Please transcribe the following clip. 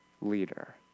leader